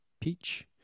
peach